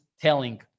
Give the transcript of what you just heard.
telling